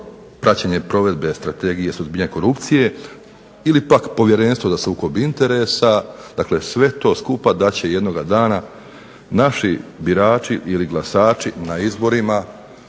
praćenje provedbe strategije suzbijanja korupcije ili pak Povjerenstvo za sukob interesa, dakle, sve to skupa da će jednog dana naši glasači ili birači na izborima